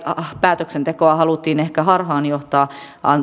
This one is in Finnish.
päätöksentekoa haluttiin ehkä harhaan johtaa